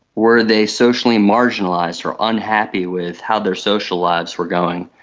were they socially marginalised or unhappy with how their social lives were going?